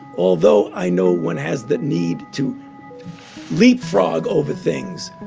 although i know one has the need to leapfrog over things,